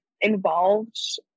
involved